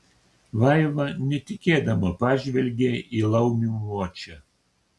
vaiva netikėdama pažvelgė į laumių močią